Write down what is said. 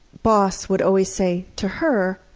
boss would always say to her,